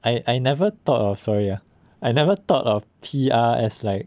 I I never thought of sorry ah I never thought of P_R as like